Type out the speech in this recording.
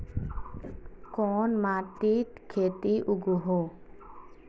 कोन माटित खेती उगोहो?